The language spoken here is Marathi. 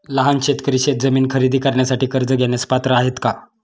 लहान शेतकरी शेतजमीन खरेदी करण्यासाठी कर्ज घेण्यास पात्र आहेत का?